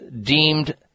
deemed